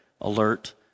alert